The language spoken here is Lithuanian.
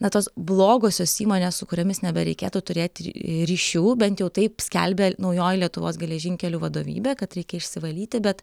na tos blogosios įmonės su kuriomis nebereikėtų turėti ryšių bent jau taip skelbia naujoji lietuvos geležinkelių vadovybė kad reikia išsivalyti bet